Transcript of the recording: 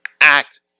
act